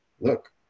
look